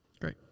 Great